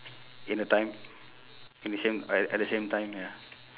in a time in the same a~ at the same time ya